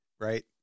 right